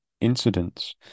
incidents